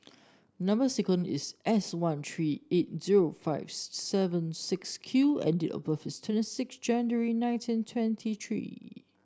number sequence is S one three eight zero five seven six Q and date of birth is twenty six January nineteen twenty three